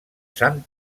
sant